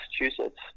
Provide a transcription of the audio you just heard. Massachusetts